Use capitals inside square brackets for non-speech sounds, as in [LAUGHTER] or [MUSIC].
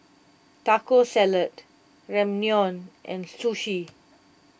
Taco Salad Ramyeon and Sushi [NOISE]